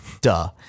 Duh